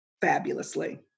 fabulously